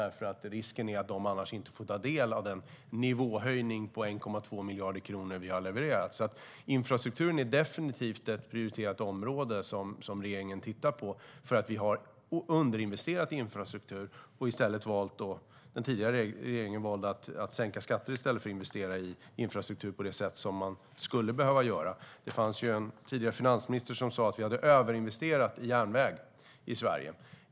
Risken är att de annars inte får ta del av den nivåhöjning på 1,2 miljarder kronor som vi har levererat. Infrastrukturen är definitivt ett prioriterat område som regeringen tittar på därför att vi har underinvesterat i infrastruktur. Den tidigare regeringen valde att sänka skatter i stället för att investera i infrastruktur på det sätt som man hade behövt göra. Det fanns en tidigare finansminister som sa att vi har överinvesterat i järnväg i Sverige.